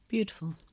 Beautiful